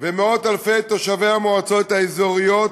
ומאות-אלפי תושבי המועצות האזוריות.